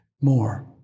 more